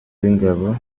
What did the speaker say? b’ingabo